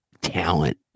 talent